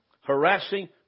harassing